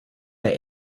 der